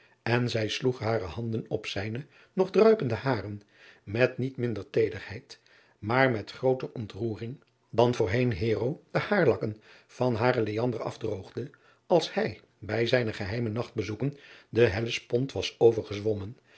en zij sloeg hare handen op zijne nog druipende haren met niet minder teederheid maar met grooter ontroering dan voorheen de haarlokken van haren afdroogde als hij bij zijne geheime nachtbezoeken den ellespont was overgezwommen